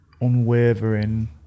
unwavering